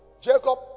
Jacob